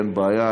אין בעיה,